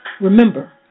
Remember